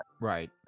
Right